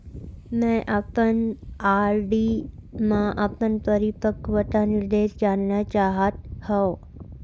मै अपन आर.डी मा अपन परिपक्वता निर्देश जानना चाहात हव